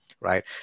right